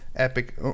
Epic